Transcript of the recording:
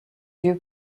dieu